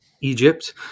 Egypt